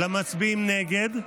למצביעים נגד,